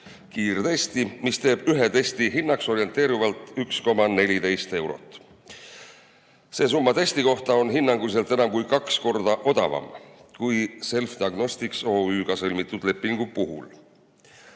kiirtesti, mis teeb ühe testi hinnaks orienteeruvalt 1,14 eurot. See summa testi kohta on hinnanguliselt enam kui kaks korda odavam kui Selfdiagnostics OÜ-ga sõlmitud lepingu puhul.